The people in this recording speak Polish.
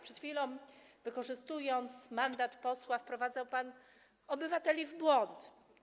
Przed chwilą, wykorzystując mandat posła, wprowadzał pan obywateli w błąd.